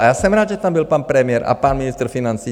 A já jsem rád, že tam byl pan premiér a pan ministr financí.